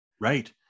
Right